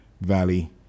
valley